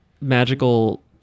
magical